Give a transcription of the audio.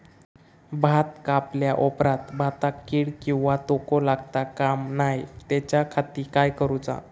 भात कापल्या ऑप्रात भाताक कीड किंवा तोको लगता काम नाय त्याच्या खाती काय करुचा?